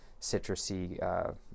citrusy